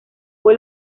fue